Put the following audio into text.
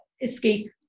escape